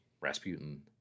Rasputin